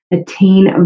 attain